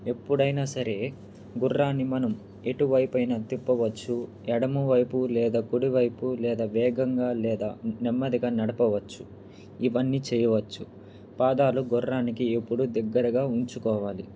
ఎప్పుడైనా సరే గుర్రాన్ని మనం ఎటువైపు అయినా తిప్పవచ్చు ఎడమ వైపు లేదా గుడివైపు లేదా వేగంగా లేదా నెమ్మదిగా నడపవచ్చు ఇవన్నీ చేయవచ్చు పాదాలు గుర్రానికి ఎప్పుడు దగ్గరగా ఉంచుకోవాలి